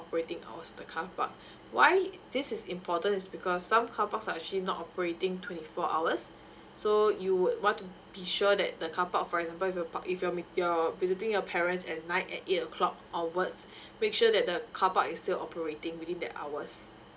operating hours of the car park why this is important is because some car parks are actually not operating twenty four hours so you would want to be sure that the car park of for example if you're park if your your visiting your parents at night at eight o'clock onwards make sure that the car park is still operating within the hours